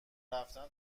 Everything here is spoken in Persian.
رفتن